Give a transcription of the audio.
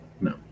No